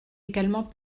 également